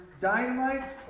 dynamite